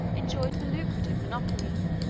enjoyed the lucrative monopoly.